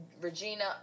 Regina